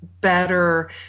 better